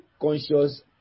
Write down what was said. conscious